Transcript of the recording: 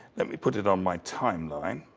let me put it on my timeline,